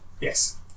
yes